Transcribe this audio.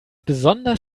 besonders